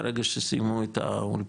ברגע שסיימו את האולפן,